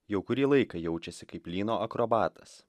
jau kurį laiką jaučiasi kaip lyno akrobatas